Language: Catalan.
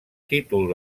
títol